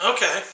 Okay